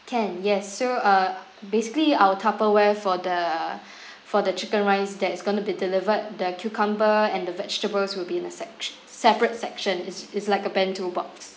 can yes so uh basically our tupperware for the for the chicken rice that's going to be delivered the cucumber and the vegetables will be in the sect~ separate section is is like a bento box